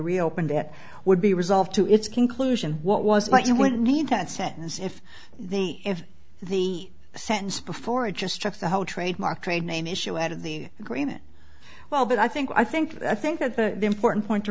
reopened it would be resolved to its conclusion what was that you wouldn't need that sentence if the if the sentence before it just struck the whole trademark trade name issue out of the agreement well but i think i think i think that the important point to